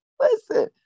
Listen